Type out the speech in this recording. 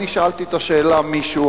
אני שאלתי את השאלה מישהו,